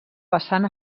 vessant